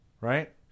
right